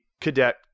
cadet